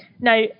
Now